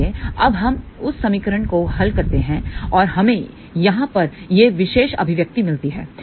इसलिए अब हम उस समीकरण को हल करते हैं और हमें यहाँ पर यह विशेष अभिव्यक्ति मिलती है